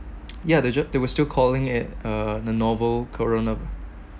ya they jus~ they were still calling at a a novel corona